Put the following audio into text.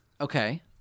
Okay